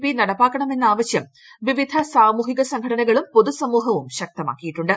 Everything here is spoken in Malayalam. പി നടപ്പാക്കണമെന്ന് ആവശ്യം വിവിധ സാമൂഹിക സംഘടനകളും പൊതുസമൂഹവും ശക്തമാക്കിയിട്ടുണ്ട്